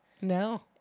No